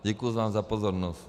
Děkuji vám za pozornost.